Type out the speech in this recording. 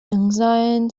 ancient